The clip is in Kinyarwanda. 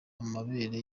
amabere